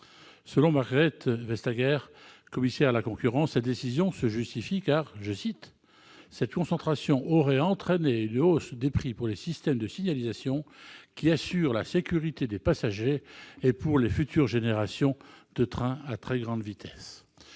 Selon Margrethe Vestager, commissaire à la concurrence, cette décision se justifie, car « cette concentration aurait entraîné une hausse des prix pour les systèmes de signalisation qui assurent la sécurité des passagers et pour les futures générations de trains à très grande vitesse.